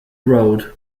road